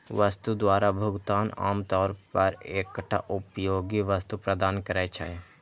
वस्तु द्वारा भुगतान आम तौर पर एकटा उपयोगी वस्तु प्रदान करै छै